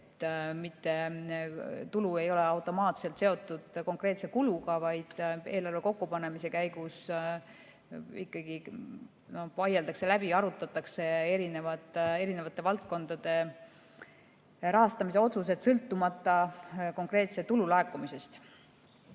et mitte tulu ei ole automaatselt seotud konkreetse kuluga, vaid eelarve kokkupanemise käigus ikkagi vaieldakse läbi ja arutatakse valdkondade rahastamise otsuseid, sõltumata konkreetse tulu laekumisest.